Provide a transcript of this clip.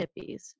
hippies